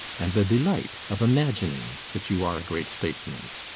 and the delight of imagining that you are a great statesman.